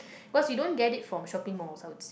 cause you don't get it from shopping malls I would